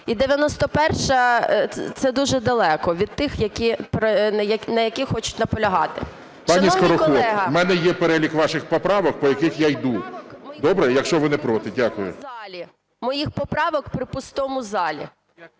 І 91-а – це дуже далеко від тих, на яких хочуть наполягати. ГОЛОВУЮЧИЙ. Пані Скороход, у мене є перелік ваших поправок по яких я іду. Добре? Якщо ви не проти? Дякую. СКОРОХОД А.К. …моїх поправок при пустому залі.